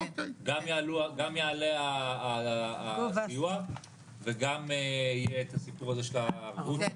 גם יעלה הסיוע וגם יהיה את הסיפור הזה של הערבות אנחנו